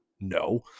No